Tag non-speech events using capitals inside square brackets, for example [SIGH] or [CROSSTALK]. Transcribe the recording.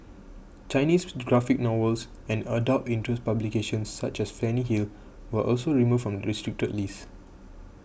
Chinese [NOISE] graphic novels and adult interest publications such as Fanny Hill were also removed from the restricted list